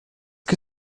que